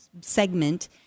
segment